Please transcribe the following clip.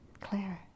Claire